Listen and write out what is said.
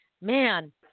man